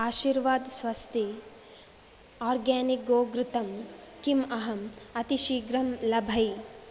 Aashirvaad Svasti organic गोघृतं किम् अहम् अतिशीघ्रं लभै